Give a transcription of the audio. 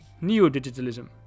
neo-digitalism